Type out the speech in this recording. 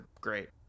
great